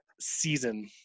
season